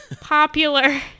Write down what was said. popular